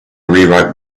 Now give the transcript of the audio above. rewrite